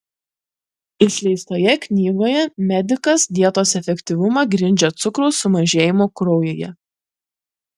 išleistoje knygoje medikas dietos efektyvumą grindžia cukraus sumažėjimu kraujyje